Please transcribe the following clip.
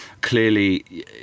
Clearly